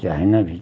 चाहना भी चाहिए